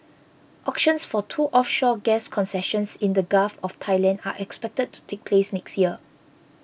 auctions for two offshore gas concessions in the Gulf of Thailand are expected to take place next year